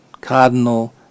Cardinal